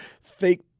fake